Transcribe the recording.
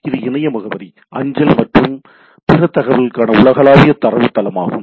இது இணைய முகவரி அஞ்சல் மற்றும் பிற தகவல்களுக்கான உலகளாவிய தரவு தளமாகும்